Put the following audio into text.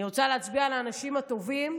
אני רוצה להצביע על האנשים הטובים,